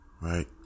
Right